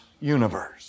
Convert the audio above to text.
universe